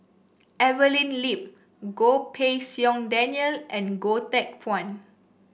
Evelyn Lip Goh Pei Siong Daniel and Goh Teck Phuan